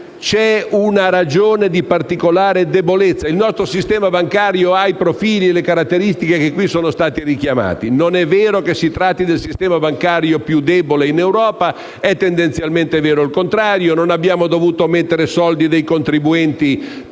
è una ragione di particolare debolezza. Il nostro sistema bancario ha i profili e le caratteristiche che qui sono stati richiamati. Non è vero che si tratti del sistema bancario più debole in Europa, ma è tendenzialmente vero il contrario. Non abbiamo dovuto mettere soldi dei contribuenti